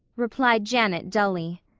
replied janet dully.